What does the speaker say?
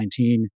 2019